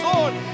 Lord